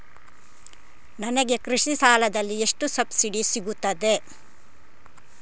ನನಗೆ ಕೃಷಿ ಸಾಲದಲ್ಲಿ ಎಷ್ಟು ಸಬ್ಸಿಡಿ ಸೀಗುತ್ತದೆ?